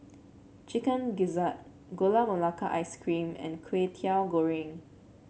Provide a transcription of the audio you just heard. Chicken Gizzard Gula Melaka Ice Cream and Kway Teow Goreng